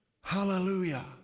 Hallelujah